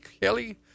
kelly